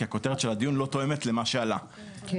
כי הכותרת של הדיון לא תואמת למה שעלה בפועל,